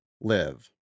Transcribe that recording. Live